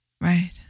Right